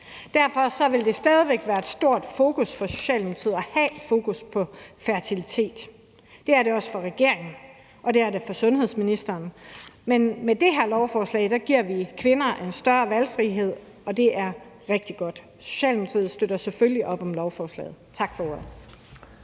Derfor vil det stadig væk være et stort fokus for Socialdemokratiet at have fokus på fertilitet. Det er det også for regeringen, og det er det for sundhedsministeren. Men med det her lovforslag giver vi kvinder en større valgfrihed, og det er rigtig godt. Socialdemokratiet støtter selvfølgelig op om lovforslaget. Tak for ordet.